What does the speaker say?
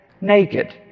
naked